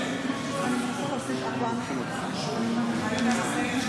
ברגע שאמרתי "תמה ההצבעה" הוא התחיל לספור.